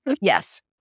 Yes